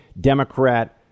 Democrat